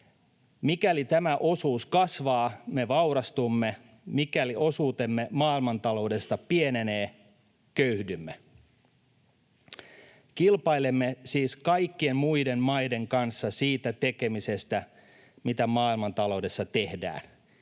Mikäli tämä osuus kasvaa, me vaurastumme. Mikäli osuutemme maailmantaloudesta pienenee, köyhdymme. Kilpailemme siis kaikkien muiden maiden kanssa siitä tekemisestä, mitä maailmantaloudessa tehdään.